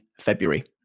February